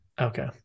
Okay